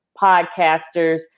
podcasters